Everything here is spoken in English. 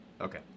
Okay